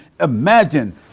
imagine